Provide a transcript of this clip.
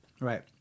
Right